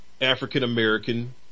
African-American